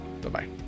bye-bye